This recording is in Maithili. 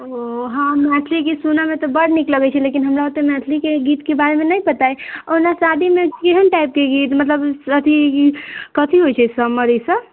ओ हँ मैथिली गीत सुनैमे तऽ बड्ड नीक लगै छै लेकिन हमरा तऽ मैथिली गीतके बारेमे नहि पता अछि ओना शादीमे केहन टाइपके गीत मतलब कथी कथी होइ छै समदाउन ईसब